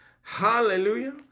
hallelujah